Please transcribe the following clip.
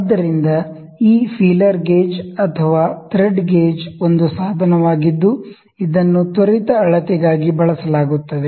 ಆದ್ದರಿಂದ ಈ feeler gauge ಅಥವಾ ಥ್ರೆಡ್ ಗೇಜ್ ಒಂದು ಸಾಧನವಾಗಿದ್ದು ಇದನ್ನು ತ್ವರಿತ ಅಳತೆಗಾಗಿ ಬಳಸಲಾಗುತ್ತದೆ